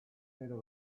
gero